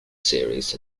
series